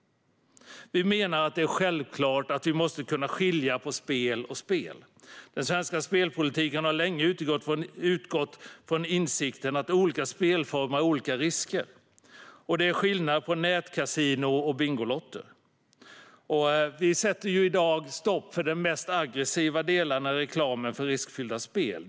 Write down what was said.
Vi menar att det är självklart att vi måste kunna skilja på spel och spel. Den svenska spelpolitiken har länge utgått från insikten att olika spelformer har olika risker. Det är skillnad på nätkasinon och bingolotter. Vi sätter i dag stopp för den mest aggressiva reklamen för riskfyllda spel.